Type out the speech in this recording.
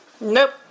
Nope